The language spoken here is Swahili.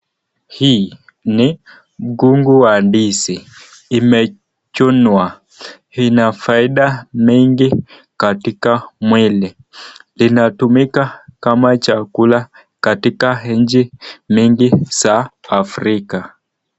Hii ni mgongo wa ndizi imechunwa, ina faida mingi katika mwili linatumika kama chakula katika nchi mingi za Afrika.